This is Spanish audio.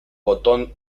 botón